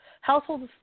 households